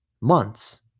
months